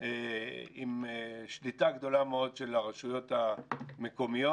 עם שליטה גדולה מאוד של הרשויות המקומיות